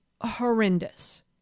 horrendous